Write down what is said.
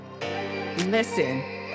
Listen